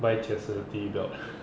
buy chastity belt